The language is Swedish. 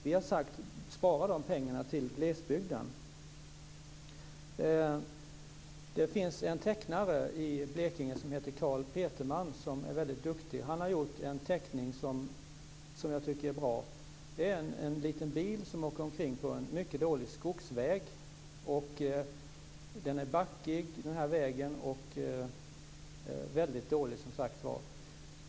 Vi har sagt: Spara de pengarna till glesbygden. Det finns en tecknare i Blekinge som heter Karl Petermann som är väldigt duktig. Han har gjort en teckning som jag tycker är bra. Det är en liten bil som åker omkring på en mycket dålig skogsväg. Vägen är backig och väldigt dålig som sagt.